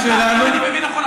אם אני מבין נכון,